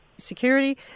Security